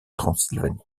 transylvanie